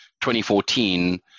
2014